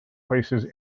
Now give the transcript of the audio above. places